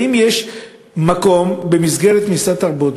האם יש מקום במסגרת משרד התרבות,